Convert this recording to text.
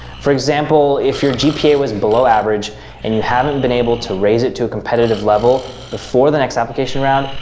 for example, if your gpa was below average and you haven't been able to raise it to a competitive level before the next application round,